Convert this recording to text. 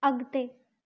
अगि॒ते